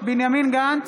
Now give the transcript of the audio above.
בנימין גנץ,